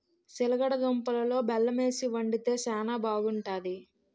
సిలగడ దుంపలలో బెల్లమేసి వండితే శానా బాగుంటాది